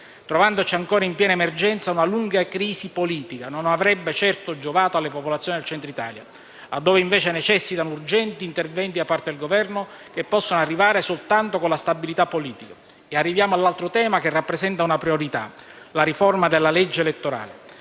Trovandoci ancora in piena emergenza, una lunga crisi politica non avrebbe certo giovato alle popolazioni del Centro Italia, che invece necessitano urgenti interventi da parte del Governo che possono arrivare soltanto con la stabilità politica. Arriviamo ora all'altro tema che rappresenta una priorità: la riforma della legge elettorale.